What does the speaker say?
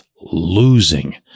losing